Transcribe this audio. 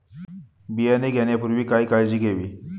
बियाणे घेण्यापूर्वी काय काळजी घ्यावी?